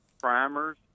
primers